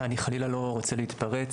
אני חלילה לא רוצה להתפרץ.